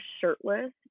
shirtless